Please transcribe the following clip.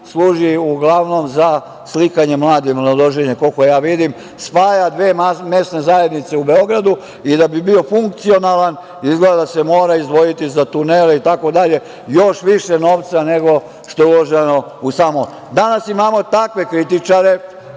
služi uglavnom za slikanje mlade i mladoženje, koliko ja vidim, spaja dve mesne zajednice u Beogradu. Da bi bio funkcionalan izgleda da se mora izdvojiti za tunele itd, još više novca nego što je uloženo u sam most. Danas imamo takve kritičare